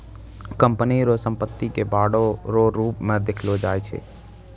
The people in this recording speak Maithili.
कंपनी रो संपत्ति के बांडो रो रूप मे देखलो जाय छै